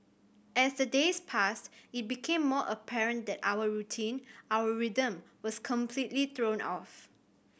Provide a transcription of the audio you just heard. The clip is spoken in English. as the days passed it became more apparent that our routine our rhythm was completely thrown off